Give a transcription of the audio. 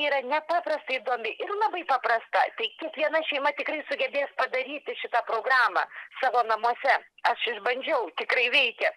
yra nepaprastai įdomi ir labai paprasta tai kiekviena šeima tikrai sugebės padaryti šitą programą savo namuose aš išbandžiau tikrai veikia